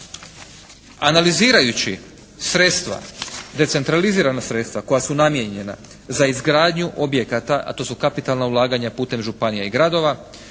Analizirajući sredstva, decentralizirana sredstva koja su namijenjena za izgradnju objekata, a to su kapitalna ulaganja putem županija i gradova